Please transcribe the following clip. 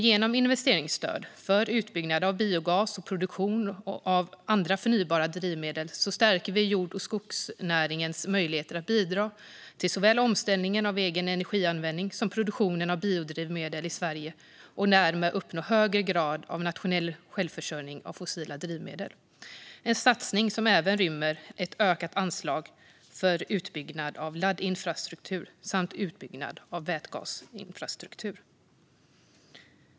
Genom investeringsstöd för utbyggnad av biogas och produktion av andra förnybara drivmedel stärker vi jord och skogsnäringens möjligheter att bidra till såväl omställningen av egen energianvändning som produktionen av biodrivmedel i Sverige och därmed uppnå högre grad av nationell självförsörjning av fossilfria drivmedel. Det är en satsning som även rymmer ett ökat anslag för utbyggnad av laddinfrastruktur samt utbyggnad av vätgasinfrastruktur.